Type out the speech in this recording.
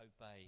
obey